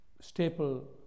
staple